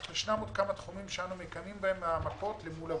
אך ישנם עוד כמה תחומים שאנחנו מקיימים בהם הערכות אל מול הוועדה.